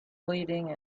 bleeding